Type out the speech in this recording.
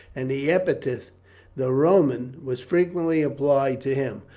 and the epithet the roman was frequently applied to him.